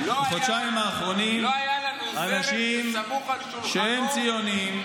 בחודשיים האחרונים אנשים שהם ציונים,